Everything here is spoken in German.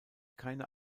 keine